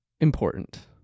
important